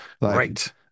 Right